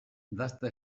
dasta